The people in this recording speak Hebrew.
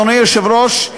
אדוני היושב-ראש,